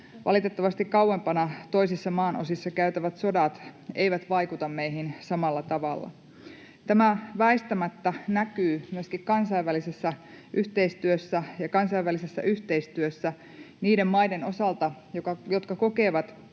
Valitettavasti kauempana, toisissa maanosissa käytävät sodat eivät vaikuta meihin samalla tavalla. Tämä väistämättä näkyy myöskin kansainvälisessä yhteisössä ja kansainvälisessä yhteistyössä niiden maiden osalta, jotka kokevat